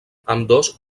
ambdós